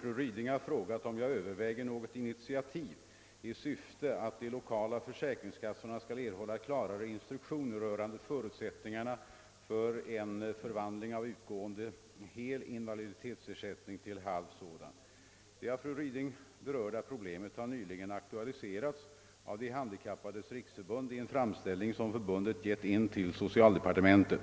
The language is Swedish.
Fru Ryding har frågat, om jag överväger något initiativ i syfte att de lokala försäkringskassorna skall erhålla klarare instruktioner rörande förutsättningarna för en förvandling av utgående hel invaliditetsersättning till halv sådan. Det av fru Ryding berörda problemet har nyligen aktualiserats av De handikappades riksförbund i en framställning som förbundet ingivit till socialdepartementet.